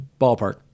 Ballpark